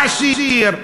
עשיר,